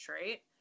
right